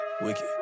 Wicked